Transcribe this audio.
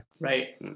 Right